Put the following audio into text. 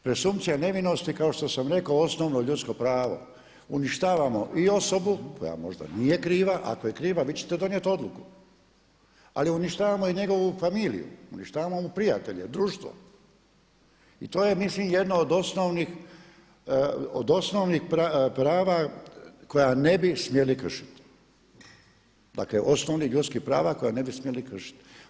Presumpcija nevinosti je kao što sam rekao osnovno ljudsko pravo, uništavamo i osobu koja možda nije kriva a ako je kriva vi ćete donijeti odluku ali uništavamo i njegovu familiju, uništavamo mu prijatelje, društvo i to je mislim jedno od osnovnih prava koja ne bi smjeli kršiti, dakle osnovnih ljudskih prava koja ne bi smjeli kršiti.